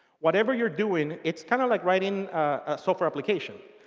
whatever you're doing, it's kind of like writing software application.